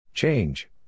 Change